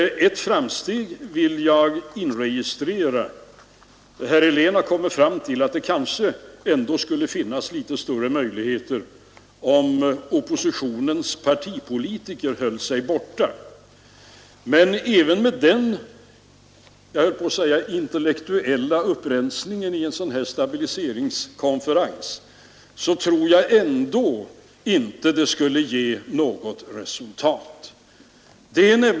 Ett framsteg vill jag där inregistrera. Herr Helén har nu kommit fram till att det ändå skulle finnas lite större möjligheter om oppositionens partipolitiker höll sig borta. Men inte ens med den intellektuella upprensningen — om jag så får säga — i en sådan stabiliseringskonferens tror jag att det skulle ge något resultat.